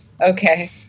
okay